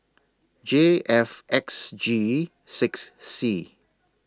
J F X G six C